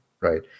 right